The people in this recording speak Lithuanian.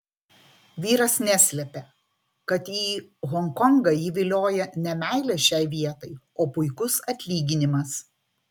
vyras neslepia kad į honkongą jį vilioja ne meilė šiai vietai o puikus atlyginimas